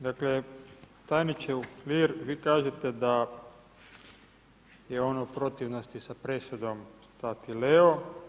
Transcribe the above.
Dakle, tajniče Uhlir, vi kažete da je ono u protivnosti sa presudom Statileo.